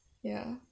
ya